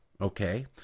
okay